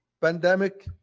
pandemic